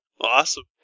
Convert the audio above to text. Awesome